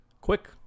Quick